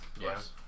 Yes